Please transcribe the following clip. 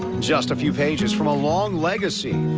just a few pages from a long legacy,